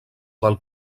del